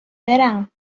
برم